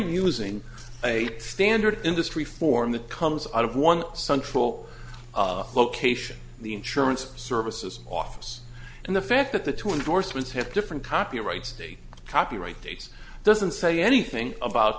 using a standard industry form that comes out of one central location the insurance services office and the fact that the two indorsements have different copyright state copyright dates doesn't say anything about